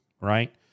right